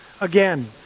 again